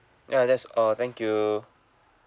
ya that's all thank you